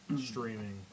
streaming